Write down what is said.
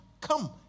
come